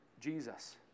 Jesus